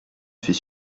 fut